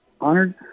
honored